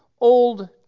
old